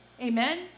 Amen